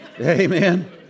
Amen